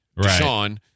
Deshaun